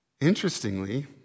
Interestingly